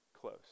close